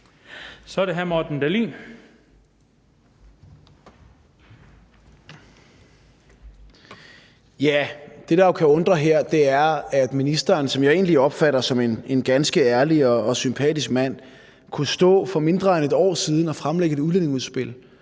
(V): Det, der kan undre her, er, at ministeren, som jeg jo egentlig opfatter som en ganske ærlig og sympatisk mand, for mindre end et år siden kunne stå og fremlægge et udlændingeudspil